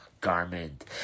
garment